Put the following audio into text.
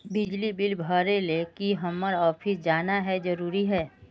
बिजली बिल भरे ले की हम्मर ऑफिस जाना है जरूरी है?